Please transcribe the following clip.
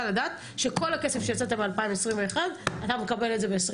לדעת שכל הכסף שהוצאת ב-2021 אתה מקבל את זה ב-2021.